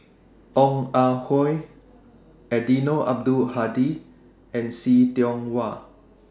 Ong Ah Hoi Eddino Abdul Hadi and See Tiong Wah